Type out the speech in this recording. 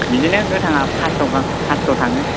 बिदिनो गोथांआ पास्स' गाहाम पास्स' थाङो